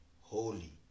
holy